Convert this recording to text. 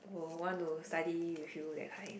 will want to study with you that kind